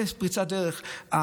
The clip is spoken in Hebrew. יש פריצת דרך.